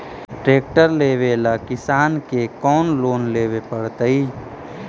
Tractor लेवेला किसान के कौन लोन लेवे पड़तई?